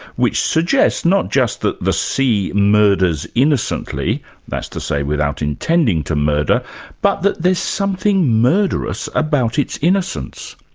which suggests not just that the sea murders innocently that's to say without intending to murder but that there's something murderous about its innocence.